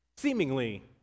seemingly